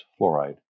fluoride